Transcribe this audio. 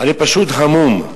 אני פשוט המום.